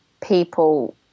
people